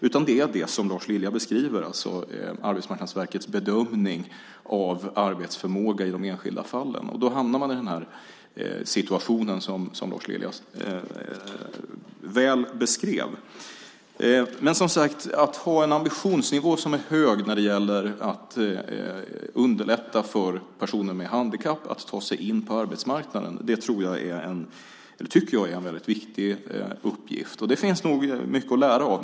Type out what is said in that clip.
Orsaken är det som Lars Lilja beskriver, alltså Arbetsmarknadsverkets bedömning av arbetsförmåga i de enskilda fallen. Då hamnar man i den situation som Lars Lilja så väl beskrev. Att ha en ambitionsnivå som är hög när det gäller att underlätta för personer med handikapp att ta sig in på arbetsmarknaden tycker jag är en väldigt viktig uppgift. Det finns nog mycket att lära här.